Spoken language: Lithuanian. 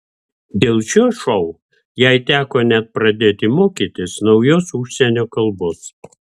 dėl šio šou jai teko net pradėti mokytis naujos užsienio kalbos